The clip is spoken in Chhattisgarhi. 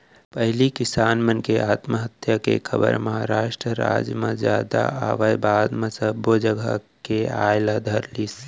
पहिली किसान मन के आत्महत्या के खबर महारास्ट राज म जादा आवय बाद म सब्बो जघा के आय ल धरलिस